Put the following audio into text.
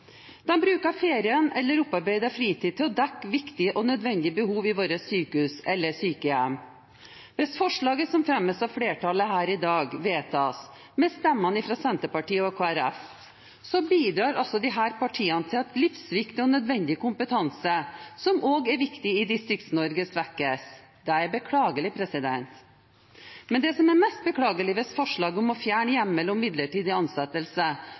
fritid til å dekke viktige og nødvendige behov i våre sykehus eller sykehjem. Hvis forslaget som fremmes av flertallet her i dag, vedtas med stemmene fra Senterpartiet og Kristelig Folkeparti, bidrar altså disse partiene til at livsviktig og nødvendig kompetanse – som også er viktig i Distrikts-Norge – svekkes. Det er beklagelig. Men det som er mest beklagelig hvis forslaget om å fjerne hjemmel om midlertidig ansettelse